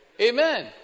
Amen